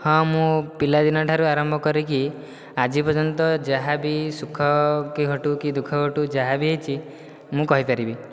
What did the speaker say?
ହଁ ମୁଁ ପିଲା ଦିନ ଠାରୁ ଆରମ୍ଭ କରିକି ଆଜି ପର୍ଯ୍ୟନ୍ତ ଯାହାବି ସୁଖ କି ଘଟୁ ଦୁଃଖ ଘଟୁ ଯାହାବି ହୋଇଛି ମୁଁ କହିପାରିବି